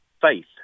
Faith